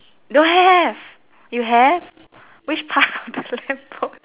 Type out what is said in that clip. don't have you have which part of the lamp post